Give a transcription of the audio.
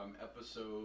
episode